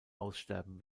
aussterben